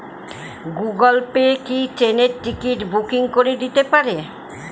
Google Pay কি ট্রেনের ticket booking করে দিতে পারে?